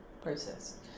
process